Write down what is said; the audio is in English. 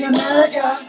America